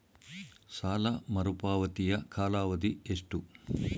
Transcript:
ಸಾಲ ಮರುಪಾವತಿಯ ಕಾಲಾವಧಿ ಎಷ್ಟು?